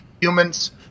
humans